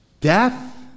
death